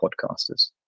podcasters